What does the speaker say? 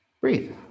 Breathe